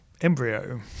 embryo